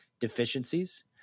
deficiencies